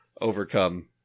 overcome